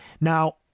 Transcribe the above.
Now